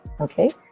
okay